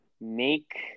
Make